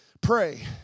pray